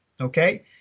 okay